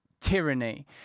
tyranny